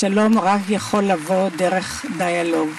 השלום יכול לבוא רק באמצעות דיאלוג.